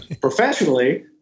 professionally